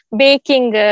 baking